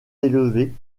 élevée